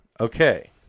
Okay